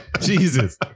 Jesus